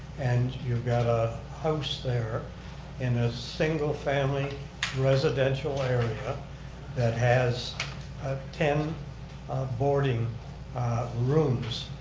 and you've got a house there in a single family residential area that has ah ten boarding rooms.